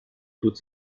tut